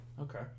Okay